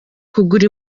kugura